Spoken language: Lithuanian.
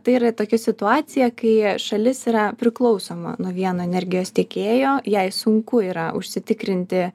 tai yra tokia situacija kai šalis yra priklausoma nuo vieno energijos tiekėjo jai sunku yra užsitikrinti